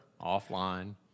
offline